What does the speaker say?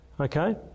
Okay